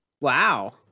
Wow